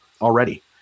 already